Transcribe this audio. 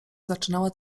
zaczynała